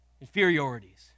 inferiorities